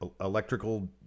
electrical